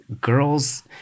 girls